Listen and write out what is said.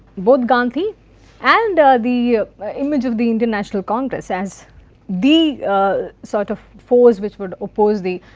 both gandhi and the image of the indian national congress as the sort of force, which would oppose the